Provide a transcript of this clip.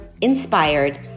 inspired